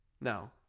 No